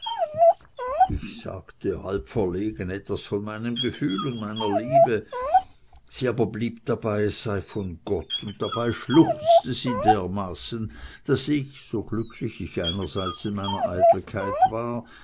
ich sagte halb verlegen etwas von meinem gefühl und meiner liebe sie blieb aber dabei es sei von gott und dabei schluchzte sie dermaßen daß ich so glücklich ich einerseits in meiner eitelkeit war